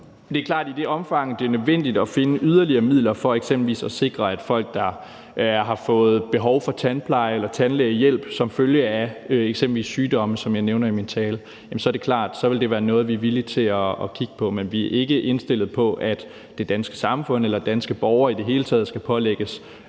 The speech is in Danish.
Mikkel Bjørn (DF): I det omfang, det er nødvendigt at finde yderligere midler for eksempelvis at sikre, at folk, der har fået behov for tandpleje eller tandlægehjælp som følge af eksempelvis sygdomme – som jeg nævner i min tale – er det klart, at så vil det være noget, vi er villige til at kigge på. Men vi er ikke indstillet på, at det danske samfund eller danske borgere i det hele taget skal pålægges